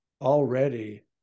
already